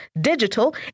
digital